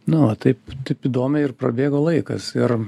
na va taip taip įdomiai ir prabėgo laikas ir